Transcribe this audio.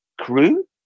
Crew